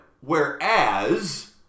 Whereas